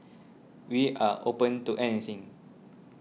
we are open to anything